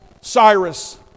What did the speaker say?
Cyrus